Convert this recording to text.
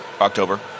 October